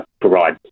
provide